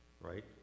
right